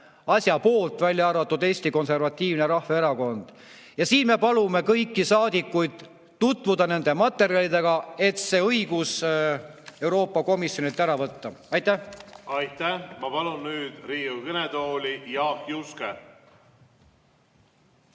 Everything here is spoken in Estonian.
asja poolt, välja arvatud Eesti Konservatiivne Rahvaerakond. Me palume kõigil saadikutel tutvuda nende materjalidega, et see õigus Euroopa Komisjonilt ära võtta. Aitäh! Ma palun nüüd Riigikogu kõnetooli Jaak Juske.